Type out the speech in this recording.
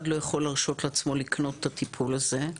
לא יכול להרשות לעצמו לקנות את הטיפול הזה.